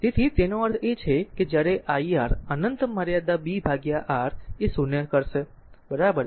તેથી તેનો અર્થ એ છે કે જ્યારે I R અનંત મર્યાદા b ભાગ્યા R એ 0 કરશે બરાબર